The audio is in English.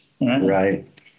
Right